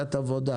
בפגישת עבודה